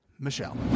Michelle